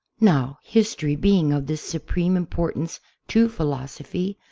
now history being of this supreme importance to philosophy,